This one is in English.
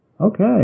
Okay